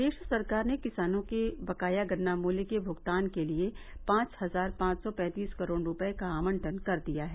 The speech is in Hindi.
प्रदेश सरकार ने किसानों के बकाया गन्ना मूल्य के भूगतान के लिए पांच हजार पांच सौ पैंतीस करोड़ रूपये का आवंटन कर दिया है